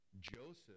Joseph